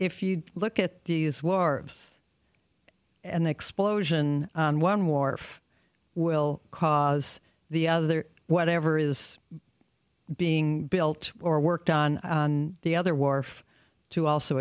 if you look at these were arved an explosion on one wharf will cause the other whatever is being built or worked on on the other wharf to also